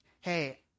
hey